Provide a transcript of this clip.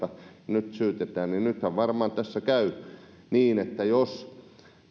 nyt syytetään nythän tässä varmaan käy niin että jos